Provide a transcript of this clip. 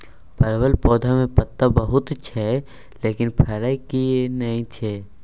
परवल पौधा में पत्ता बहुत छै लेकिन फरय किये नय छै?